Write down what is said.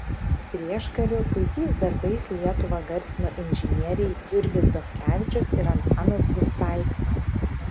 prieškariu puikiais darbais lietuvą garsino inžinieriai jurgis dobkevičius ir antanas gustaitis